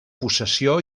possessió